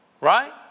Right